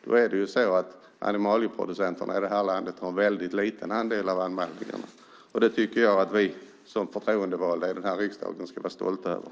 Då har animalieproducenterna i det här landet en liten andel av anmärkningarna. Det tycker jag att vi som förtroendevalda i denna riksdag ska vara stolta över.